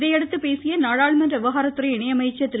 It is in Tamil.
இதையடுத்து பேசிய நாடாளுமன்ற விவகாரத்துறை இணையமைச்சர் திரு